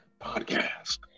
Podcast